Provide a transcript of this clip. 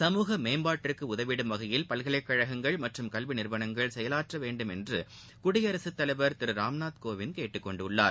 சமூக மேம்பாட்டிற்கு உதவிடும் வகையில் பல்கலைகழகங்கள் மற்றும் கல்வி நிறுவனங்கள் செயலாற்ற வேண்டும் என்று குடியரசு தலைவர் திரு ராம்நாத் கோவிந்த் கேட்டுக்கொண்டுள்ளார்